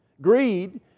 greed